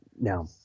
now